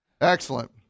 excellent